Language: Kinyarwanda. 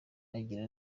agira